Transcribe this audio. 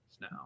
now